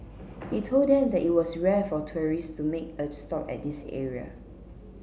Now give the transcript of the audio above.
he told them that it was rare for tourists to make a stop at this area